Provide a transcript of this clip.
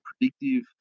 predictive